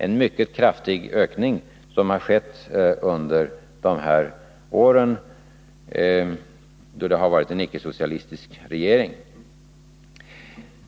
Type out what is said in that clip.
En mycket kraftig ökning har alltså skett under de här åren, då det har varit en icke-socialistisk regering.